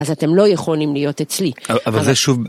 אז אתם לא יכולים להיות אצלי.אבל זה